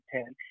Ten